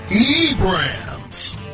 E-Brands